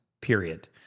period